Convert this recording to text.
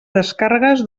descàrregues